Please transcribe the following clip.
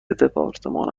دپارتمان